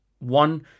One